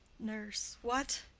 nurse. what?